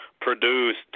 produced